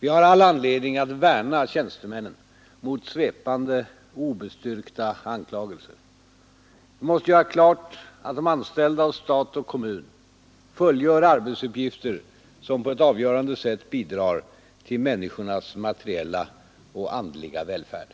Vi har all anledning att värna tjänstemännen mot svepande och obestyrkta anklagelser. Vi måste göra klart att de anställda hos stat och kommun fullgör arbetsuppgifter som på ett avgörande sätt bidrar till människornas materiella och andliga välfärd.